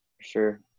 Sure